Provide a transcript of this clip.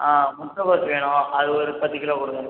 ஆ முட்டைகோஸ் வேணும் அது ஒரு பத்து கிலோ கொடுங்க